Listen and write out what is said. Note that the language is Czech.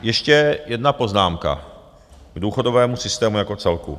Ještě jedna poznámka k důchodovému systému jako celku.